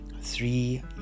three